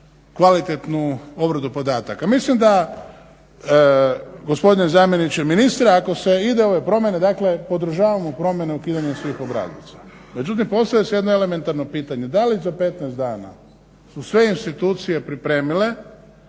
kvalitetnu obradu podataka. Mislim da gospodine zamjeniče ministra, ako se ide u ove promjene, dakle podržavamo promjene ukidanja svih obrazaca. Međutim, postavlja se jedno elementarno pitanje, da li za 15 dana su sve institucije pripremile